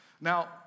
Now